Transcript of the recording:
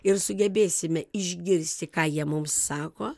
ir sugebėsime išgirsti ką jie mums sako